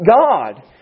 God